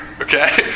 Okay